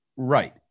Right